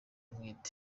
ntwite